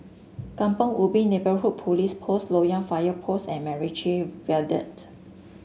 Kampong Ubi Neighbourhood Police Post Loyang Fire Post and MacRitchie Viaduct